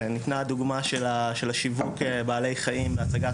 ניתנה הדוגמה של שיווק בעלי חיים והצגת